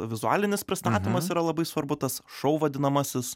vizualinis pristatymas yra labai svarbu tas šou vadinamasis